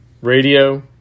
radio